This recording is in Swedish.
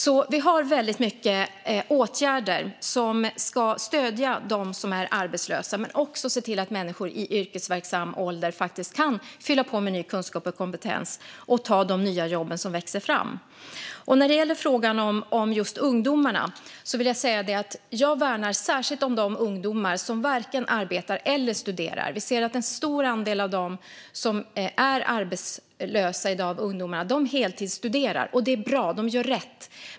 Vi har alltså väldigt mycket åtgärder som ska stödja dem som är arbetslösa men också se till att människor i yrkesverksam ålder kan fylla på med ny kunskap och kompetens och ta de nya jobb som växer fram. När det gäller frågan om ungdomarna vill jag säga att jag särskilt värnar om de ungdomar som varken arbetar eller studerar. En stor andel av de ungdomar som är arbetslösa i dag heltidsstuderar, och det är bra. De gör rätt.